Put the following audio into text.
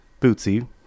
Bootsy